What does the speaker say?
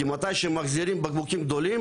כי מתי שמחזירים בקבוקים גדולים,